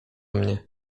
mnie